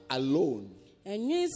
alone